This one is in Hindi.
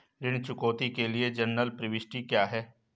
ऋण चुकौती के लिए जनरल प्रविष्टि क्या है?